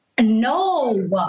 No